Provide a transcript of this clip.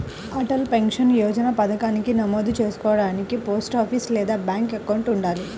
Atal pension Yojana పథకానికి నమోదు చేసుకోడానికి పోస్టాఫీస్ లేదా బ్యాంక్ అకౌంట్ ఉండాలి